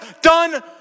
done